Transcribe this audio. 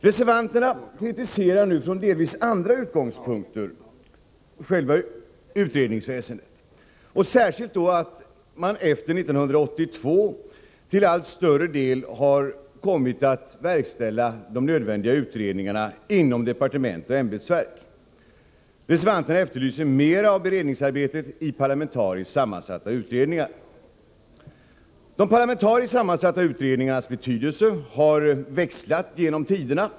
Reservanterna kritiserar nu från delvis andra utgångspunkter själva utredningsväsendet, särskilt att man efter 1982 i allt större utsträckning kommit att verkställa de nödvändiga utredningarna inom departement och ämbetsverk. Reservanterna efterlyser mer av beredningsarbete i parlamentariskt sammansatta utredningar. De parlamentariskt sammansatta utredningarnas betydelse har växlat genom tiderna.